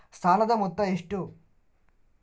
ಸಾಲದ ಮೊತ್ತ ಎಷ್ಟು?